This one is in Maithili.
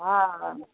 हँ